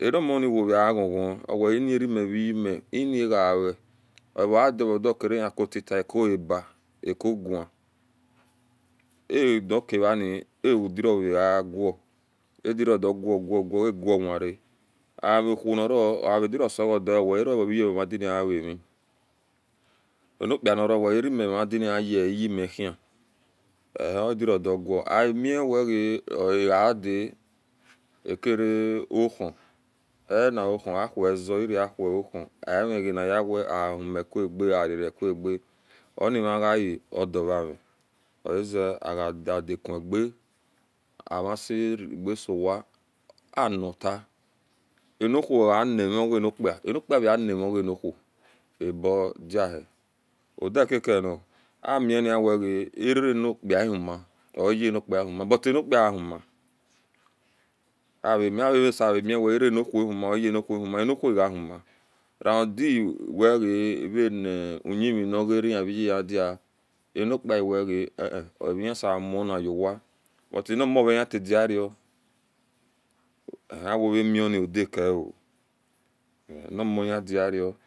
Ana omoniwoa eghon ghon oweniariami veyemigea ovoade iyekutita ewoaba acoge adukevani dirowoaga ga ga ga awira agowhon niro oavhiroaevodua ara mayini awani anokpi kpa norowe aramiyeyeyemihn odio duge omiweoradia ekire ohio oha ohu awe eze iragi ohu omigeniyawe awimikuda onimaodi vanir oze adadakuge aweaseregesowa onita nouho anigeni okpi kpa nokpi kpa veanigeni who abudiahe odiakakn amiwege aremi okpi kpa huma or iye no okpi kpa uhi ma but anikpa aunoma avesemi werenowho huma iyeno uho naa onuho a uhumara mudi wege enyimi nagaridi a no kpa wege ee eavahise munauowa but ani omo rehitadio awoaminu odiku na omo hidiao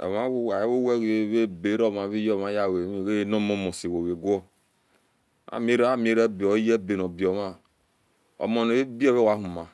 awowege aberomave yem yawani abiomi musti ego amirabee or iye boe nigima omo nibe awhoma